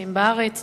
נמצאים בארץ.